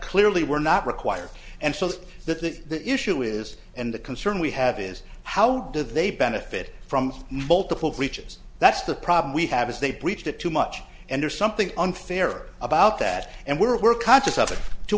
clearly were not required and shows that that the issue is and the concern we have is how do they benefit from multiple breaches that's the problem we have is they breached it too much and there's something unfair about that and we're conscious